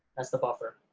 that's the buffer.